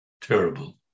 terrible